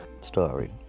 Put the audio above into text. story